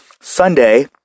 Sunday